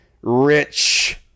rich